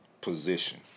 position